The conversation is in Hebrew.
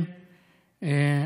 כמו הגרגרנות של דתן ואבירם,